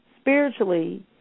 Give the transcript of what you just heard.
spiritually